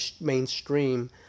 mainstream